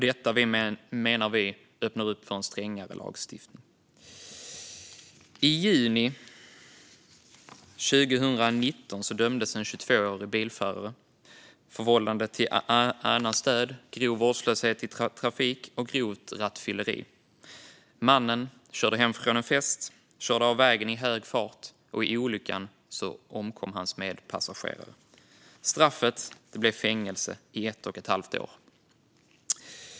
Detta menar vi öppnar upp för en strängare lagstiftning. I juni 2019 dömdes en 22-årig bilförare för vållande till annans död, grov vårdslöshet i trafik och grovt rattfylleri. Mannen körde hem från en fest och körde av vägen i hög fart. I olyckan omkom hans medpassagerare. Straffet blev fängelse i ett och ett halvt år.